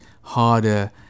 harder